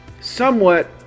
somewhat